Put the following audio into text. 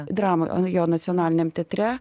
dramoj o jo nacionaliniam teatre